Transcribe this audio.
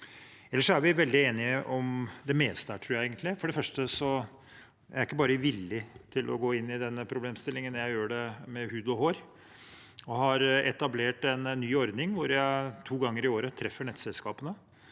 tror jeg egentlig. For det første er jeg ikke bare villig til å gå inn i denne problemstillingen; jeg gjør det med hud og hår. Jeg har etablert en ny ordning hvor jeg to ganger i året treffer nettselskapene